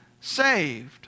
saved